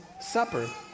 Supper